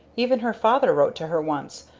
even her father wrote to her once,